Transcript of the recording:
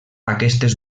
aquestes